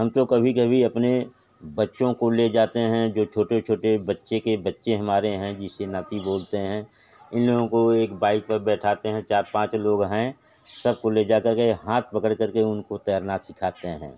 हम तो कभी कभी अपने बच्चों को ले जाते हैं जो छोटे छोटे बच्चे के बच्चे हमारे यहाँ जिसे नाती बोलते हैं इन लोगों को एक बाइक पर बिठाते हैं चार पाँच लोग है सब को ले जा कर के हाथ पकड़ के उनको तैरना सिखाते हैं